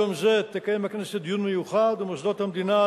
ביום זה תקיים הכנסת דיון מיוחד ומוסדות המדינה,